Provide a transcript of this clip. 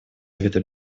совета